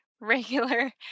regular